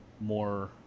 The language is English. more